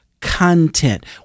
content